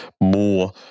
more